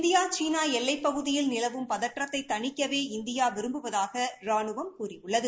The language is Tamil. இந்தியா சீனா எல்லைப்பகுதியில் நிலவும் பதற்றத்தை தணிக்கவே இந்தியா விரும்புவதாக ராணுவம் கூறியுள்ளது